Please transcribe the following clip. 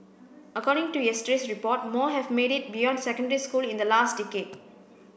according to yesterday's report more have made it beyond secondary school in the last decade